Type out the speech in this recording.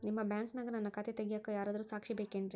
ನಿಮ್ಮ ಬ್ಯಾಂಕಿನ್ಯಾಗ ನನ್ನ ಖಾತೆ ತೆಗೆಯಾಕ್ ಯಾರಾದ್ರೂ ಸಾಕ್ಷಿ ಬೇಕೇನ್ರಿ?